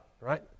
right